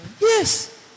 Yes